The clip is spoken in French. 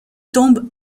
tombent